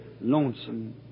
lonesome